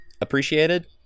Appreciated